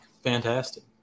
Fantastic